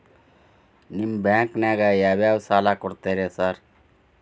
ನಿಮ್ಮ ಬ್ಯಾಂಕಿನಾಗ ಯಾವ್ಯಾವ ಸಾಲ ಕೊಡ್ತೇರಿ ಸಾರ್?